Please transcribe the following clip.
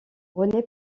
rené